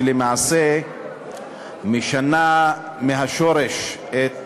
שלמעשה משנה מהשורש את